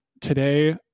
today